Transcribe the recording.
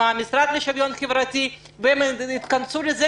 עם המשרד לשוויון חברתי והאם הם התכנסו לזה?